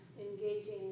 engaging